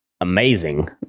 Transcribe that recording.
amazing